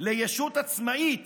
לישות עצמאית